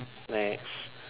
next